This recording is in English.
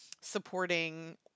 supporting